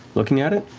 looking at it,